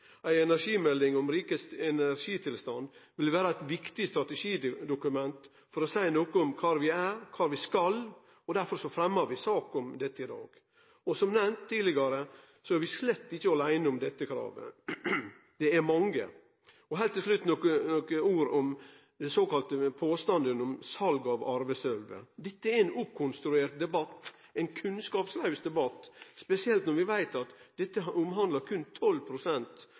ei overordna energimelding i Noreg. Ei energimelding om rikets energitilstand vil vere eit viktig strategidokument for å seie noko om kvar vi er og kvar vi skal. Derfor fremjer vi sak om dette i dag. Som nemnt tidlegare, er vi slett ikkje åleine om dette kravet – det er mange. Heilt til slutt nokre ord om påstandane om eit såkalla sal av arvesølvet. Dette er ein oppkonstruert debatt, ein kunnskapslaus debatt, spesielt når vi veit at dette